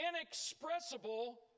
inexpressible